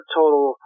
total